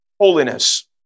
holiness